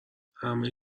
همه